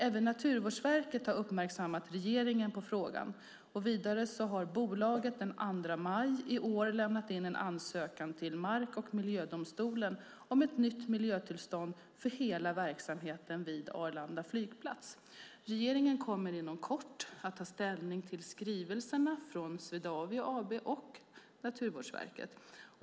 Även Naturvårdsverket har uppmärksammat regeringen på frågan. Vidare har bolaget den 2 maj i år lämnat in en ansökan till mark och miljödomstolen om ett nytt miljötillstånd för hela verksamheten vid Arlanda flygplats. Regeringen kommer inom kort att ta ställning till skrivelserna från Swedavia AB och Naturvårdsverket.